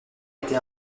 été